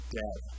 dead